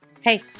hey